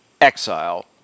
exile